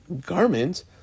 garment